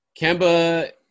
Kemba